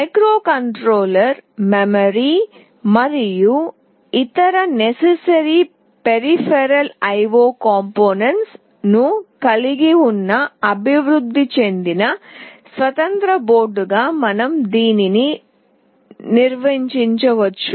microcontroller memory మరియు ఇతర necessary peripheral I O components peripheral I O components ను కలిగి ఉన్న అభివృద్ధి చెందిన స్వతంత్ర బోర్డుగా మనం దీనిని నిర్వచించవచ్చు